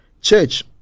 Church